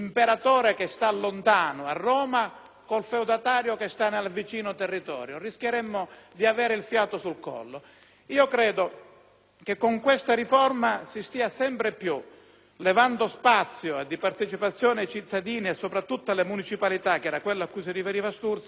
il feudatario che sta nel vicino territorio; rischieremmo di trovarci con fiato sul collo. Credo che con questa riforma si stia sempre più togliendo spazio di partecipazione ai cittadini e soprattutto alle municipalità - l'aspetto al quale si riferiva Sturzo - per dare più spazio alle Regioni